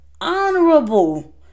honorable